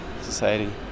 society